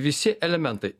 visi elementai